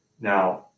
Now